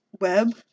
Web